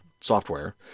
software